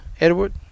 Edward